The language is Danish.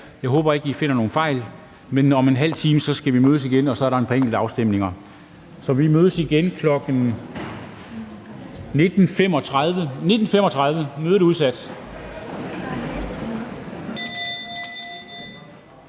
Jeg håber ikke, I finder nogen fejl. Men om en halv time skal vi mødes igen, og så er der et par enkelte afstemninger. Så vi mødes igen kl. 19.35. Mødet er